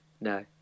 no